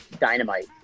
dynamite